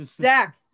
Zach